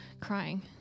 crying